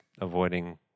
avoiding